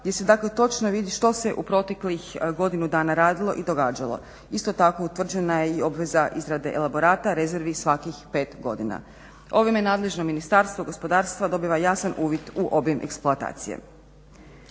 gdje se dakle točno vidi što se u proteklih godinu dana radilo i događalo. Isto tako, utvrđena je i obveza izrade elaborata, rezervi svakih 5 godina. Ovime nadležno Ministarstvo gospodarstva dobiva jasan uvid u obim eksploatacije.